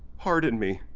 pardon me,